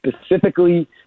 specifically